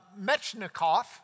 Mechnikov